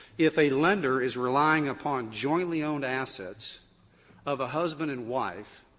if a lender is relying upon jointly owned assets of a husband and wife,